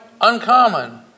uncommon